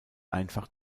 einfach